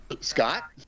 Scott